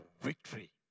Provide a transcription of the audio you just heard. victory